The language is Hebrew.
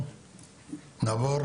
להתקדם עם כל הציפיות שהעלנו בפניו.